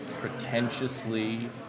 pretentiously